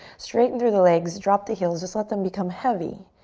straighten through the legs, drop the heels, just let them become heavy.